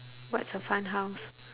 what's a fun house